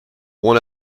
one